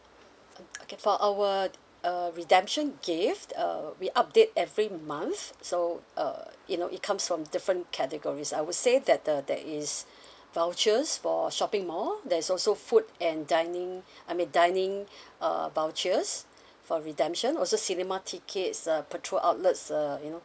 oh okay for our uh redemption gift uh we update every month so uh you know it comes from different categories I would say that the there is vouchers for shopping mall there's also food and dining I mean dining uh vouchers for redemption also cinema tickets uh petrol outlets uh you know